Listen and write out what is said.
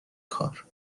کار